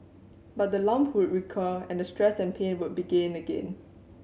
but the lump would recur and the stress and pain would begin again